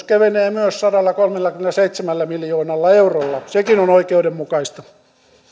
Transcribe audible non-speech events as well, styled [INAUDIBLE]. [UNINTELLIGIBLE] kevenee myös sadallakolmellakymmenelläseitsemällä miljoonalla eurolla sekin on oikeudenmukaista